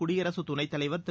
குடியரசுத் துணைத்தலைவர் திரு